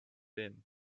been